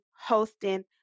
hosting